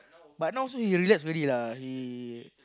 but now also he relax already lah he